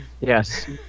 Yes